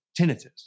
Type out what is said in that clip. tinnitus